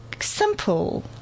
simple